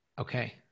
Okay